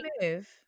move